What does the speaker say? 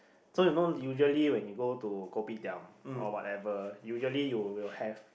so you know usually when you go to kopitiam or whatever usually you will have